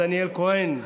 לדניאל כהן,